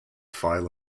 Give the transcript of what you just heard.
file